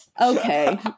Okay